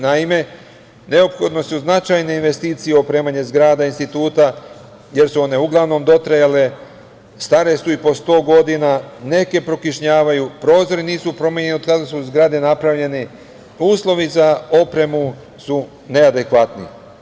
Naime, neophodne su značajne investicije u opremanje zgrada, instituta, jer su one uglavnom dotrajale, stare su i po sto godina, neke prokišnjavaju, prozori nisu promenjeni od kada su zgrade napravljene, uslovi za opremu su neadekvatni.